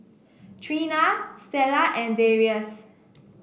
Trina Stella and Darrius